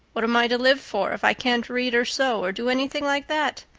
what am i to live for if i can't read or sew or do anything like that?